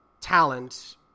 talent